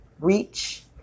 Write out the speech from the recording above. reach